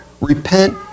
Repent